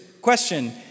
Question